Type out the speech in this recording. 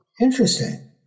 Interesting